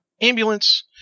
ambulance